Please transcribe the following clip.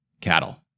cattle